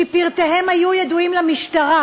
שפרטיהם היו ידועים למשטרה,